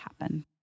happen